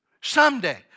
Someday